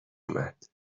اومد